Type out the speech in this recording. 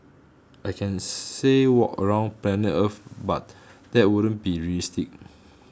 I can say walk around planet earth but that wouldn't be realistic